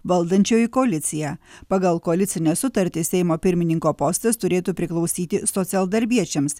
valdančioji koalicija pagal koalicinę sutartį seimo pirmininko postas turėtų priklausyti socialdarbiečiams